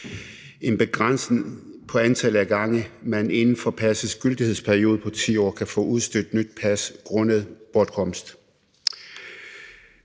en begrænsning på antallet af gange, man inden for passets gyldighedsperiode på 10 år kan få udstedt nyt pas grundet bortkomst.